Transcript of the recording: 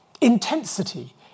Intensity